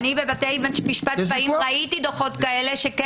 אני בבתי משפט צבאיים ראיתי דוחות כאלה,